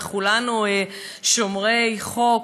כולנו שומרי חוק.